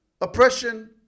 oppression